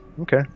Okay